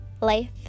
Life